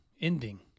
ending